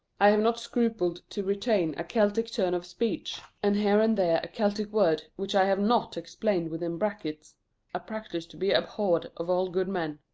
i have not scrupled to retain a celtic turn of speech, and here and there a celtic word, which i have not explained within brackets a practice to be abhorred of all good men.